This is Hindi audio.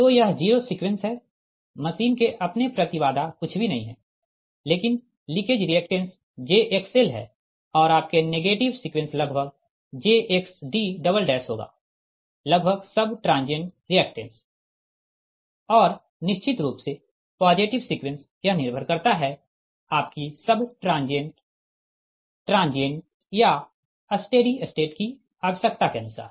तो यह जीरो सीक्वेंस है मशीन के अपने प्रति बाधा कुछ भी नहीं है लेकिन लीकेज रिएक्टेंस jXl है और आपके नेगेटिव सीक्वेंस लगभग jXd होगा लगभग सब ट्रांजिएंट रिएक्टेंस और निश्चित रूप से पॉजिटिव सीक्वेंस यह निर्भर करता है आपकी सब ट्रांजिएंट ट्रांजिएंट या स्टीडी स्टेट की आवश्यकता के अनुसार